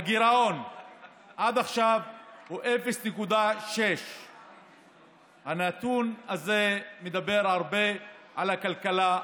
הגירעון עד עכשיו הוא 0.6%. הנתון הזה מדבר הרבה על הכלכלה,